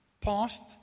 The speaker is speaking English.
past